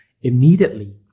immediately